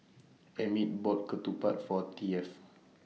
Emmit bought Ketupat For Taft